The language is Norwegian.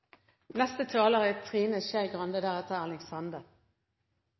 Neste taler er representanten Kjell Ingolf Ropstad og deretter representanten Trine Skei Grande.